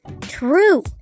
True